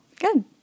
Good